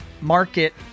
market